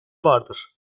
vardır